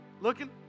Looking